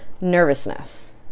nervousness